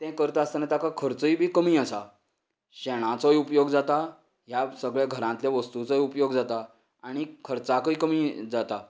तें करता आसतना ताका खर्चुय बी कमी आसा शेणाचोय उपयोग जाता ह्या सगळ्या घरांतल्या वस्तूंचोय उपयोग जाता आनी खर्चाकूय कमी जाता